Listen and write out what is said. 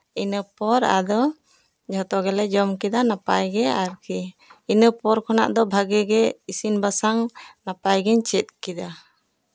ᱤᱱᱟᱹᱯᱚᱨ ᱟᱫᱚ ᱡᱷᱚᱛᱚ ᱜᱮᱞᱮ ᱡᱚᱢ ᱠᱮᱫᱟ ᱱᱟᱯᱟᱭᱜᱮ ᱟᱨᱠᱤ ᱤᱱᱟᱹᱯᱚᱨ ᱠᱷᱚᱱᱟᱜ ᱫᱚ ᱵᱷᱟᱜᱮ ᱜᱮ ᱤᱥᱤᱱ ᱵᱟᱥᱟᱝ ᱱᱟᱯᱟᱭᱜᱤᱧ ᱪᱮᱫ ᱠᱮᱫᱟ